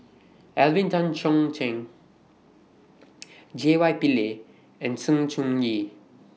Alvin Tan Cheong Kheng J Y Pillay and Sng Choon Yee